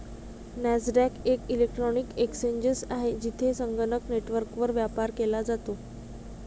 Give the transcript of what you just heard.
Nasdaq एक electronic exchange आहे, जेथे संगणक नेटवर्कवर व्यापार केला जातो